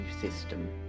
system